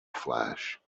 flash